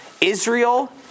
Israel